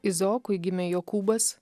izaokui gimė jokūbas